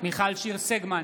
מיכל שיר סגמן,